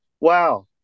wow